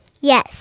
Yes